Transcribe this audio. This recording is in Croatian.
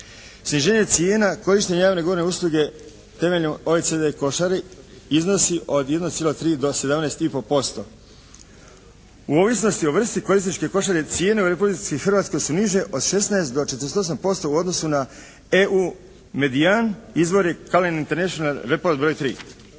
Sniženje cijena, korištenje javne govorne usluge temeljem «OECD» košari iznosi od 1,3 do 17 i po posto. U ovisnosti o vrsti korisničke košare cijene u Republici Hrvatskoj su niže od 16 do 48% u odnosu na EU Medijan. Izvor je Callen International, Report broj 3.